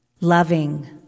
loving